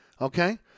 Okay